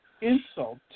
insult